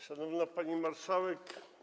Szanowna Pani Marszałek!